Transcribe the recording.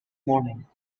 morning